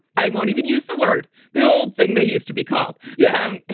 i won't even use the word the old thing that used to be called. yeah,